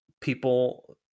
people